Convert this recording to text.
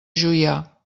juià